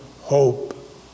hope